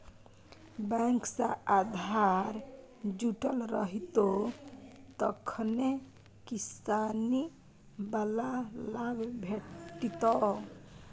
bank सँ आधार जुटल रहितौ तखने किसानी बला लाभ भेटितौ